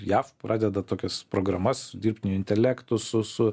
jav pradeda tokias programas su dirbtiniu intelektu su su